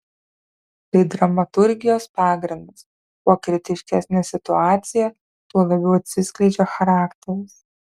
tai dramaturgijos pagrindas kuo kritiškesnė situacija tuo labiau atsiskleidžia charakteris